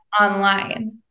online